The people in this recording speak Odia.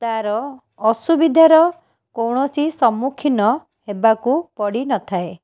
ତାର ଅସୁବିଧାର କୌଣସି ସମ୍ମୁଖିନ ହେବାକୁ ପଡ଼ିନଥାଏ